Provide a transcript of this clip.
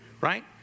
right